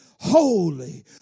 holy